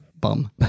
bum